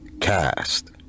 cast